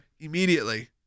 immediately